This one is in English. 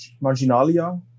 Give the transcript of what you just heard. marginalia